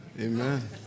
Amen